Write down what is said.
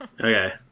okay